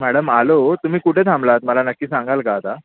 madam आलो तुम्ही कुठे थांबलात मला नक्की सांगाल का आता